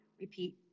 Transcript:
repeat